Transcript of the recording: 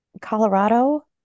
Colorado